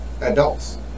adults